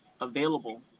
available